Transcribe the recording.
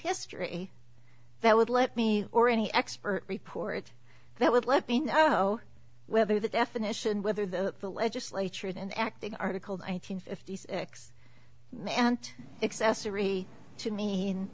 history that would let me or any expert report that would let me know whether the definition whether the legislature and acting article nineteen fifty six and accessor